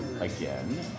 again